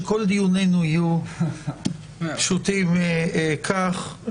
שכל דיוננו יהיו פשוטים כך.